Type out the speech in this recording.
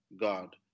God